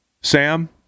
Sam